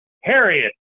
Harriet